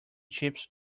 chips